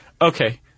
Okay